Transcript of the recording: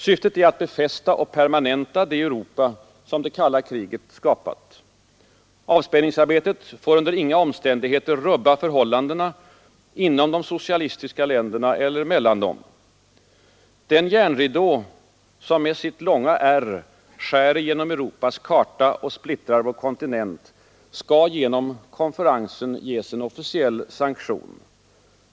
Syftet är att befästa och permanenta det Europa som det kalla kriget skapat. Avspänningsarbetet får under inga omständigheter rubba förhållandena inom de socialistiska länderna eller mellan dem. Den järnridå som med sitt långa ärr skär igenom Europas karta och splittrar vår kontinent skall genom konferensen ges en officiell sanktion.